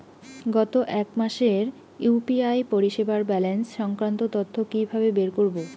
গত এক মাসের ইউ.পি.আই পরিষেবার ব্যালান্স সংক্রান্ত তথ্য কি কিভাবে বের করব?